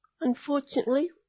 Unfortunately